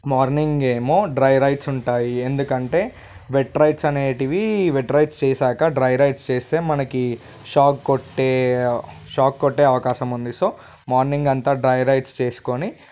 morning ఏమో dry rides ఉంటాయి ఎందుకంటే వెట్ రైడ్స్ అనేటివి వెట్ రైడ్స్ చేశాక డ్రై రైడ్స్ చేస్తే మనకి షాక్ కొట్టే షాక్ కొట్టే అవకాశం ఉంది సో మార్నింగ్ అంతా డ్రై రైడ్స్ చేసుకొని